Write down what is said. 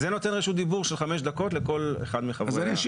זה נותן רשות דיבור של חמש דקות לכל אחד מהמסתייגים.